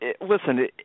listen